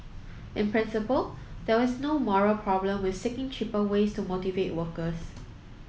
in principle there is no moral problem with seeking cheaper ways to motivate workers